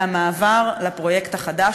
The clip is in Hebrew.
מהמעבר לפרויקט החדש,